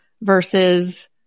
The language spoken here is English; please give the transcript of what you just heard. versus